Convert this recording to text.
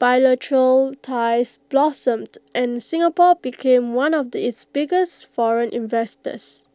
bilateral ties blossomed and Singapore became one of its biggest foreign investors